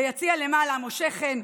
ביציע למעלה, משה חן,